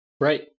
Right